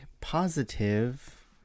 positive